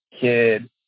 kid